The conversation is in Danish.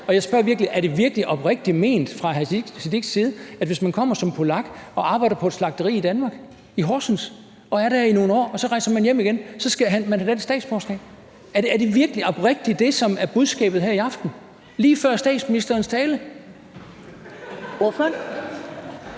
Og jeg spørger: Er det virkelig oprigtigt ment fra hr. Sikandar Siddiques side, at hvis man kommer som polak og arbejder på et slagteri i Danmark, i Horsens – er der i nogle år og så rejser hjem igen – så skal man have dansk statsborgerskab? Er det virkelig oprigtigt det, som er budskabet her i aften, lige før statsministerens tale? Kl.